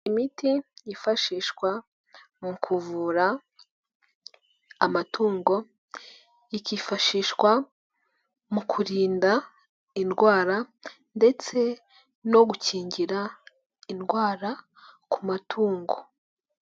Imiti yifashishwa mu kuvura amatungo, ikifashishwa mu kurinda indwara ndetse no gukingira indwara ku matungo.